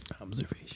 Observation